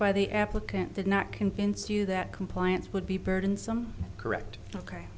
by the applicant did not convince you that compliance would be burdensome correct ok